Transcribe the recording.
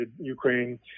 Ukraine